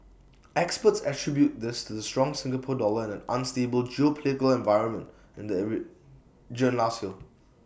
experts attribute this to the strong Singapore dollar and an unstable geopolitical environment in the region last year